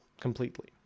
completely